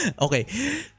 Okay